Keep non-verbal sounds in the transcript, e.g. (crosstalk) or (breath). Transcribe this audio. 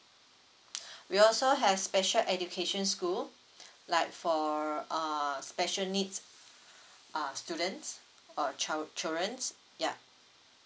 (breath) we also have special education school (breath) like for err special needs uh students or childr~ childrens yup